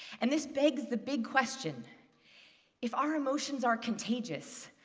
and this begs the big question if our emotions are contagious,